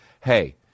hey